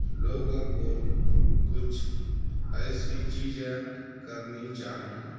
لوگوں کو کچھ ایسی چیزیں کرنی چاہیے